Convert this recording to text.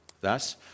Thus